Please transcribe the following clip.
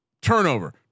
turnover